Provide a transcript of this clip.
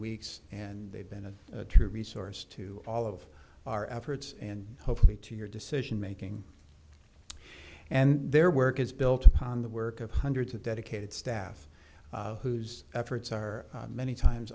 weeks and they've been a true resource to all of our efforts and hopefully to your decision making and their work is built upon the work of hundreds of dedicated staff whose efforts are many times